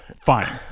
fine